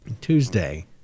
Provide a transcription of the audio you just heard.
Tuesday